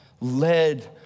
Led